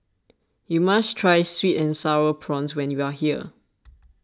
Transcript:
you must try Sweet and Sour Prawns when you are here